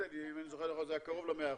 אם אני זוכר נכון זה היה קרוב ל-100%.